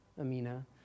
Amina